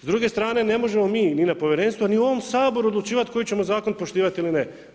S druge strane ne možemo mi ni na povjerenstvu, ni u ovom Saboru odlučivati koji ćemo zakon poštivati ili ne.